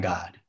God